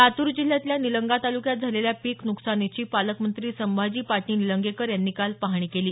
लातूर जिल्ह्यातल्या निलंगा तालुक्यात झालेल्या पीक नुकसानीची पालकमंत्री संभाजी पाटील निलंगेकर यांनी काल पाहणी केली